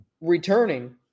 returning